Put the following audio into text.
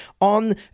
on